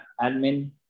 admin